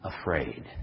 afraid